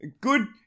good